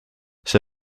see